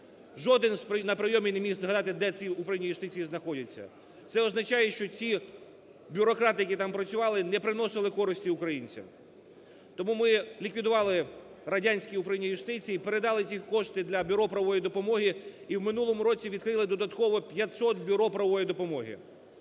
жоден на прийомі не міг згадати, де ці управління юстиції знаходяться. Це означає, що ці бюрократи, які там працювали, не приносили користі українцям. Тому ми ліквідували радянські управління юстиції, передали ці кошти для бюро правової допомоги. І в минулому році відкрили додатково 500 бюро правової допомоги.